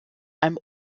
einem